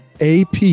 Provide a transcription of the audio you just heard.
AP